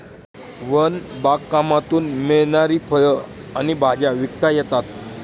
one बागकामातून मिळणारी फळं आणि भाज्या विकता येतात